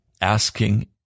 asking